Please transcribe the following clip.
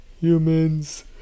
Humans